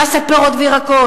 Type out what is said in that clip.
מס על פירות וירקות,